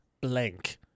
blank